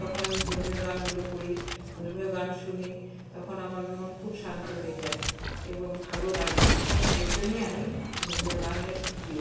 তখন আমি ধর্মীয় গানগুলো করি ধর্মীয় গান শুনি তখন আমার মন খুব শান্ত হয়ে যায় এবং ভালো লাগে তখন এর জন্যই আমি ধর্মীয় গানের প্রিয়